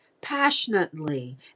passionately